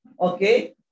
okay